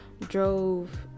drove